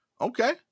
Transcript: Okay